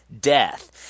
death